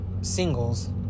singles